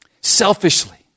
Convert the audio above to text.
Selfishly